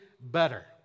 better